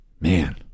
Man